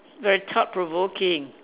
very thought provoking